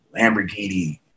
Lamborghini